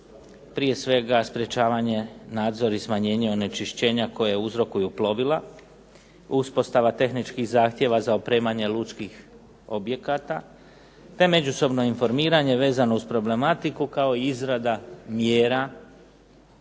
prije svega sprečavanje, nadzor i smanjenje onečišćenja koje uzrokuju plovila, uspostava tehničkih zahtjeva za opremanje lučkih objekata te međusobno informiranje vezano uz problematiku, kao i izrada mjera